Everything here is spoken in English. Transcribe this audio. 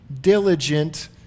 diligent